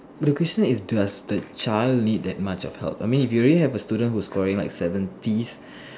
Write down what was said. the question is does the child need that much of help I mean if you already have a student who's scoring seventies